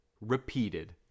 repeated